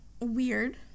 weird